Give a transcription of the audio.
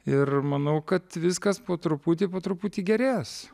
ir manau kad viskas po truputį po truputį gerės